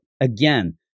again